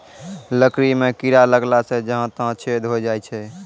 लकड़ी म कीड़ा लगला सें जहां तहां छेद होय जाय छै